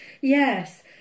yes